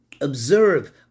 observe